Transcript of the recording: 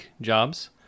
jobs